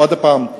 עוד פעם,